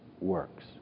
works